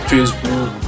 Facebook